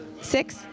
Six